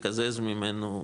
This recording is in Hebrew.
לקזז ממנו,